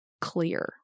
clear